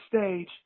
stage